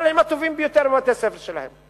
אבל הם הטובים ביותר בבתי-הספר שלהם.